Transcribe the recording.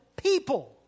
People